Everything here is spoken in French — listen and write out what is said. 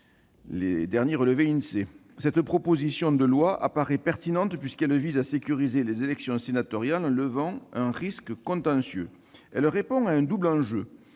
le dernier relevé de l'Insee. Cette proposition de loi paraît pertinente, puisqu'elle vise à sécuriser les élections sénatoriales en levant un risque contentieux. Elle répond à un double enjeu.